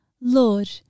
Lord